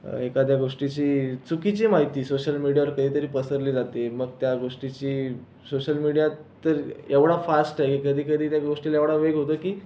एखाद्या गोष्टीची चुकीची माहिती सोशल मिडियावर कधीतरी पसरली जाते मग त्या गोष्टीची सोशल मिडिया तर एवढा फास्ट आहे कधीकधी तर त्या गोष्टीचा एवढा वेग होतो की